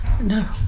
No